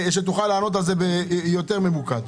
כדי שתוכל לענות על בצורה יותר ממוקדת.